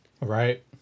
Right